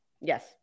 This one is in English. Yes